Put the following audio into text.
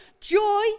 joy